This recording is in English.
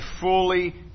fully